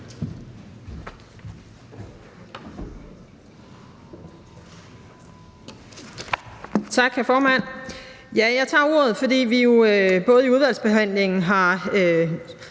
Tak, hr. formand. Jeg tager ordet, både fordi vi jo i udvalgsbehandlingen sammen